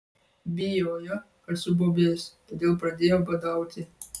bijojo kad subobės todėl pradėjo badauti